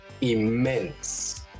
immense